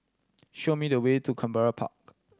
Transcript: show me the way to Canberra Park